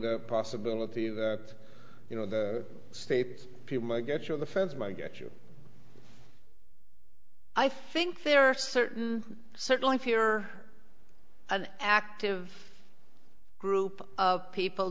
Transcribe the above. the possibility that you know the state people might get you on the fence might get you i think there are certain certainly if you are an active group of people